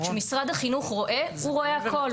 כשמשרד החינוך רואה הוא רואה הכול,